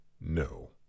No